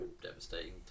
devastating